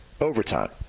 overtime